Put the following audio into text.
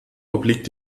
obliegt